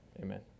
amen